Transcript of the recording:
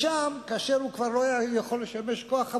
ושם, כאשר הוא כבר לא יכול היה לשמש כוח עבודה,